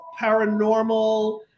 Paranormal